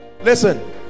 Listen